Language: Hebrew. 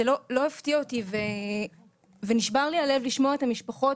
זה לא הפתיע אותי ונשבר לי הלב לשמוע את המשפחות,